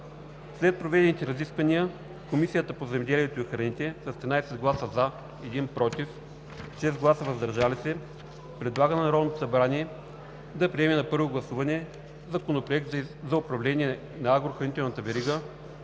След проведените разисквания Комисията по земеделието и храните с 13 гласа „за“, 1 глас „против“ и 6 гласа „въздържал се“ предлага на Народното събрание да приеме на първо гласуване Законопроект за управление на агрохранителната верига,